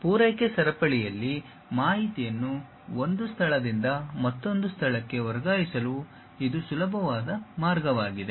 ಮತ್ತು ಪೂರೈಕೆ ಸರಪಳಿಯಲ್ಲಿ ಮಾಹಿತಿಯನ್ನು ಒಂದು ಸ್ಥಳದಿಂದ ಮತ್ತೊಂದು ಸ್ಥಳಕ್ಕೆ ವರ್ಗಾಯಿಸಲು ಇದು ಸುಲಭವಾದ ಮಾರ್ಗವಾಗಿದೆ